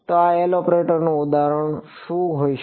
તો આ L ઓપરેટરનું ઉદાહરણ શું હોઈ શકે